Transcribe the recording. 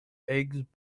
eggs